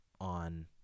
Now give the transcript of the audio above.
on